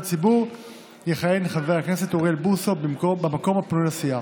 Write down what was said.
הציבור יכהן חבר הכנסת אוריאל בוסו במקום הפנוי לסיעה.